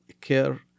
care